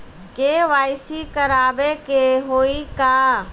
KYC करावे के होई का?